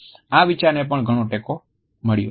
આ વિચારને પણ ઘણો ટેકો મળ્યો છે